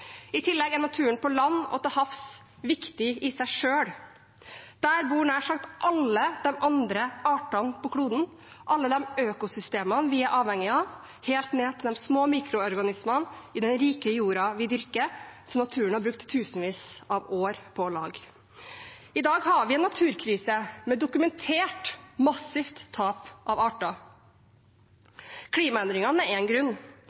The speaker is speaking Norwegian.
I tillegg er naturen på land og til havs viktig i seg selv. Der bor nær sagt alle de andre artene på kloden, alle de økosystemene vi er avhengige av, helt ned til de små mikroorganismene i den rike jorda vi dyrker, og som naturen har brukt tusenvis av år på å lage. I dag har vi en naturkrise med dokumentert, massivt tap av arter. Klimaendringene er én grunn,